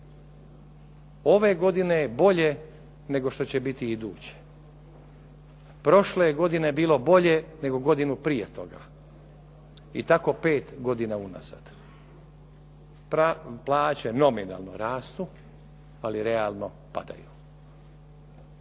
Ove godine je bolje nego što će biti iduće. Prošle je godine bilo bolje nego godinu prije toga i tako pet godina unazad. Plaće nominalno rastu ali realno padaju.